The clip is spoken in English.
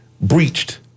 breached